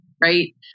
right